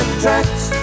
tracks